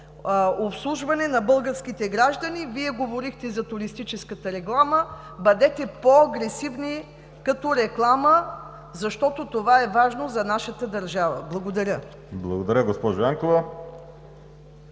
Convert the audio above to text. обслужване на българските граждани. Вие говорихте за туристическата реклама. Бъдете по-агресивни като реклама, защото това е важно за нашата държава. Благодаря. ПРЕДСЕДАТЕЛ ВАЛЕРИ